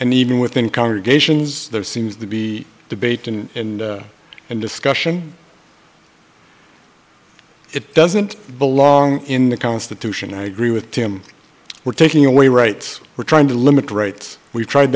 and even within congregations there seems to be debate and discussion it doesn't belong in the constitution i agree with jim we're taking away rights we're trying to limit rights we've tried